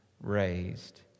raised